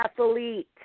athlete